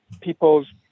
people's